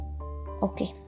Okay